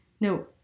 No